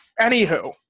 Anywho